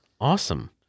awesome